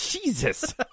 Jesus